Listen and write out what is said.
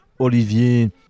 Olivier